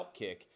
OutKick